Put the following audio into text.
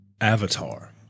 avatar